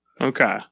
Okay